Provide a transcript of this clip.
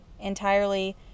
entirely